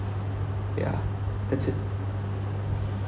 ya that's it